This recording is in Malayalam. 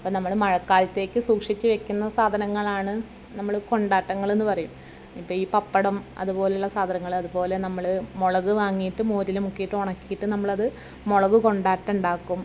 ഇപ്പം നമ്മൾ മഴക്കാലത്തേയ്ക്ക് സൂക്ഷിച്ച് വയ്ക്കുന്ന സാധനങ്ങളാണ് നമ്മൾ കൊണ്ടാട്ടങ്ങൾ എന്ന് പറയും ഇപ്പം ഈ പപ്പടം അതുപോലുള്ള സാധനങ്ങൾ അതുപോലെ നമ്മൾ മുളക് വാങ്ങിയിട്ട് മോരിൽ മുക്കിയിട്ട് ഉണക്കിയിട്ട് നമ്മളത് മുളക് കൊണ്ടാട്ടം ഉണ്ടാക്കും